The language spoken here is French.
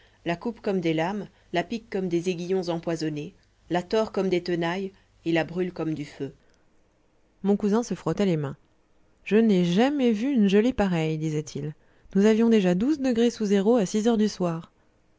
la coupe comme des lames la pique comme des aiguillons empoisonnés la tord comme des tenailles et la brûle comme du feu mon cousin se frottait les mains je n'ai jamais vu une gelée pareille disait-il nous avions déjà douze degrés sous zéro à six heures du soir